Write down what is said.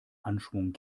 anschwung